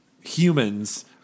humans